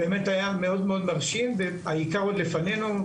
באמת היה מאוד מרשים והעיקר עוד לפנינו.